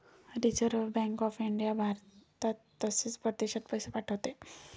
reserve bank of India भारतात तसेच परदेशात पैसे पाठवते